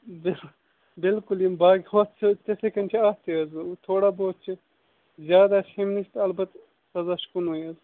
bill بِلکُل یِم باقٕے ہۄتھ سۭتۍ تِتھٕے کٔنۍ چھِ اَتھ تہِ حظ وۅنۍ تھوڑا بہت چھِ زیادٕ آسہِ ہُمِس تہٕ البتہ سزا چھُ کُنٕے حظ